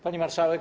Pani Marszałek!